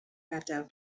gadael